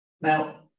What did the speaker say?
Now